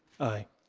aye.